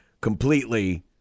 Completely